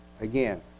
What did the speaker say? Again